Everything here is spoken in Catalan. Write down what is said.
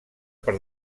per